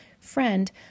friend